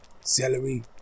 celery